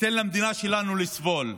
ייתן למדינה שלנו לסבול.